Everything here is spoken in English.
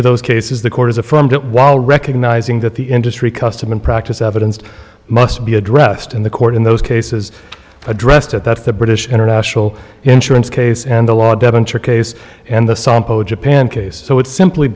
of those cases the court is a from that while recognizing that the industry custom and practice evidence must be addressed in the court in those cases addressed at that's the british international insurance case and the law devon case and the sample japan case so it's simply